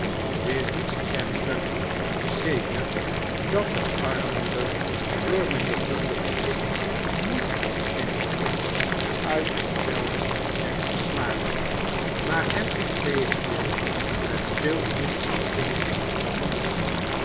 dit is echter zeker dat de armmoeder door mijnheer bumble's blik niet in t minst uit het veld werd geslagen maar hem integendeel met veel minachting behandelde